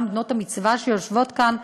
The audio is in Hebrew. גם בנות-המצווה שיושבות כאן,